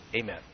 Amen